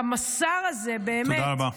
גם השר הזה באמת, תודה רבה.